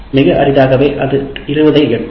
மிக அரிதாகவே அது 20 ஐ எட்டும்